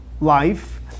life